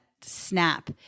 snap